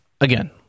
Again